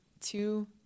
two